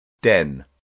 den